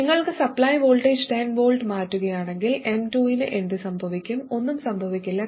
നിങ്ങൾ supply voltage 10v മാറ്റുകയാണെങ്കിൽ M2 ന് എന്ത് സംഭവിക്കും ഒന്നും സംഭവിക്കില്ല